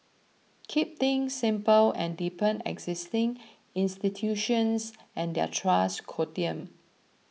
keep things simple and deepen existing institutions and their trust quotient